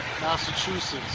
Massachusetts